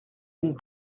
une